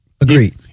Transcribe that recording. Agreed